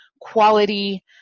quality